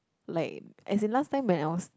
like as in last time when I was